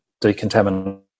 decontamination